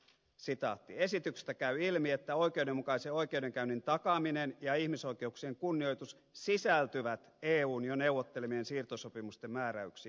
esityksestä käy ilmi että oikeudenmukaisen oikeudenkäynnin takaaminen ja ihmisoikeuksien kunnioitus sisältyvät eun jo neuvottelemien siirtosopimusten määräyksiin